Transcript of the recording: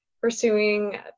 pursuing